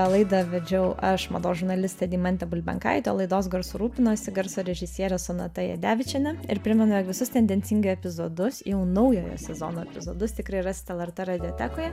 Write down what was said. laidą vedžiau aš mados žurnalistė deimantė bulbenkaitė laidos garsu rūpinosi garso režisierė sonata jadevičienė ir primenu visus tendencingai epizodus jau naujojo sezono epizodus tikrai rasite lrt radiotekoj